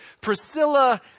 priscilla